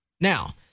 now